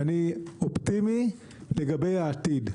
ואני אופטימי לגבי העתיד.